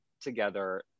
together